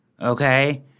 okay